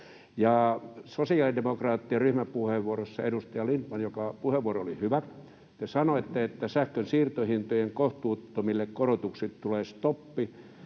Sosiaalidemokraattien ryhmäpuheenvuorossa, edustaja Lindtman, jonka puheenvuoro oli hyvä, te sanoitte, että sähkön siirtohintojen kohtuuttomille korotuksille tulee stoppi.